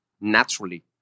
naturally